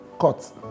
Cuts